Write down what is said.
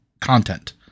content